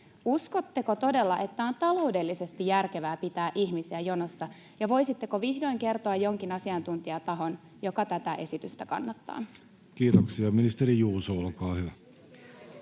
uskotteko todella, että on taloudellisesti järkevää pitää ihmisiä jonossa, ja voisitteko vihdoin kertoa jonkin asiantuntijatahon, joka tätä esitystä kannattaa? Kiitoksia. — Ministeri Juuso, olkaa hyvä.